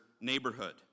neighborhood